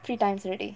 three times already